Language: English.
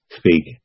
speak